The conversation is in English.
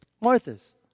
Martha's